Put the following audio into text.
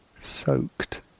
soaked